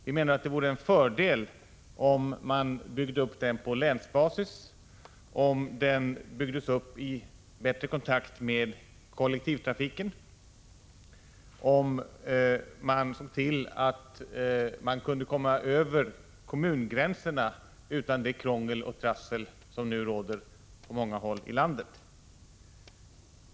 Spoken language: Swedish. Vi menar att det vore en fördel om man byggde upp den på länsbasis, om den byggdes upp i bättre kontakt med kollektivtrafiken, om man såg till att människor kunde komma över kommungränserna utan det krångel och trassel som nu råder på många håll i landet.